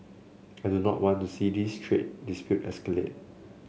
I do not want to see this trade dispute escalate